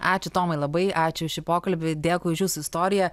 ačiū tomai labai ačiū už šį pokalbį dėkui už jūsų istoriją